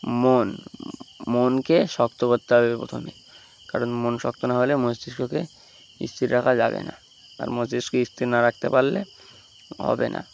মন মনকে শক্ত করতে হবে প্রথমে কারণ মন শক্ত না হলে মস্তিষ্ককে স্থির রাখা যাবে না আর মস্তিষ্ককে স্থির না রাখতে পারলে হবে না